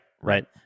Right